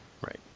Right